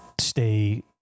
stay